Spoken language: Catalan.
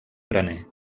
graner